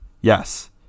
yes